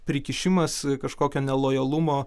prikišimas kažkokio nelojalumo